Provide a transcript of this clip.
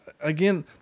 again